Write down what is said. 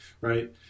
right